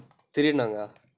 திருடினங்ககளா :thirudinangalaa